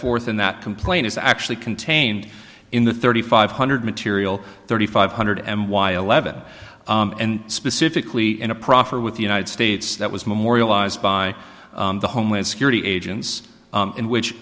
forth in that complaint is actually contained in the thirty five hundred material thirty five hundred and why eleven and specifically in a proffer with the united states that was memorialized by the homeland security agents in which